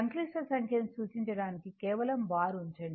సంక్లిష్ట సంఖ్యను సూచించడానికి కేవలం బార్ ఉంచండి